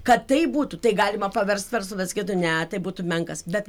kad taip būtų tai galima paverst verslu bet sakytų ne tai būtų menkas bet